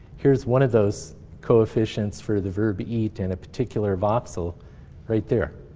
here's one of those coefficients for the verb eat in a particular voxel right there.